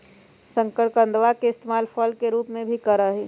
शकरकंदवा के इस्तेमाल फल के रूप में भी करा हई